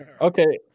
Okay